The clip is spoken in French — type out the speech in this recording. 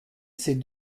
ces